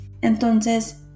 Entonces